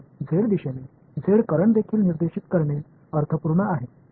எனவே z மின்னோட்டமும் z திசையில் இயக்கப்பட்டிருப்பதை அர்த்தப்படுத்துகிறது